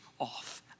off